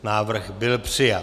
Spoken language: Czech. Návrh byl přijat.